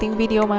video,